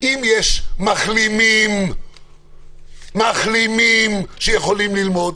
אם יש מחלימים הם יכולים ללמוד.